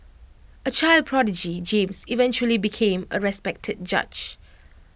A child prodigy James eventually became A respected judge